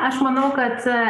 aš manau kad